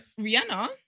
Rihanna